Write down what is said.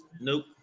Nope